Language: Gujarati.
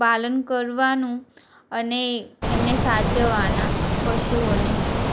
પાલન કરવાનું અને એમને સાચવાના પશુઓને